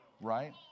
Right